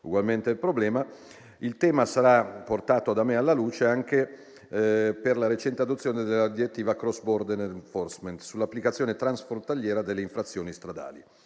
il tema sarà portato da me alla luce anche per la recente adozione della direttiva Cross Border Enforcement sull'applicazione transfrontaliera delle infrazioni stradali.